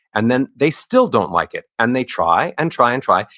and then they still don't like it and they try and try and try.